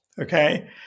okay